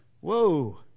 whoa